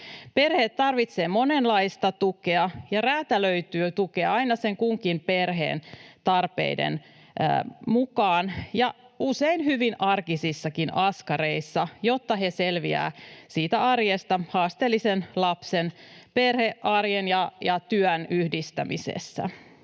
Perheet tarvitsevat monenlaista tukea ja räätälöityä tukea aina sen kunkin perheen tarpeiden mukaan ja usein hyvin arkisissakin askareissa, jotta he selviävät siitä arjesta haasteellisen lapsen, perhearjen ja työn yhdistämisessä.